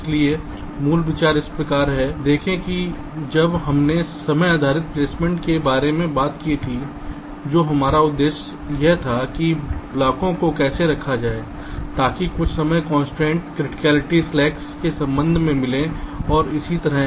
इसलिए मूल विचार इस प्रकार है देखें कि जब हमने समय आधारित प्लेसमेंट के बारे में बात की थी तो हमारा उद्देश्य यह था कि ब्लॉकों को कैसे रखा जाए ताकि कुछ समय कंस्ट्रेंट्स कृतिकालिटी स्लैक्स के संबंध में मिले और इसी तरह